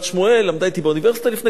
למדה אתי באוניברסיטה לפני כמה שנים,